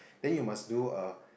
then you must do a